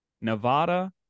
Nevada